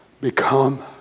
become